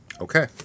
Okay